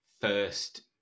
first